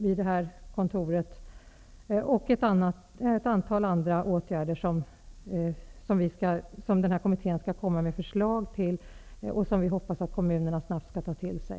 Lokaldemokratikommittén skall även lägga fram förslag till ett antal andra åtgärder, som vi hoppas att kommunerna snabbt skall ta till sig.